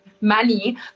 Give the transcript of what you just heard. money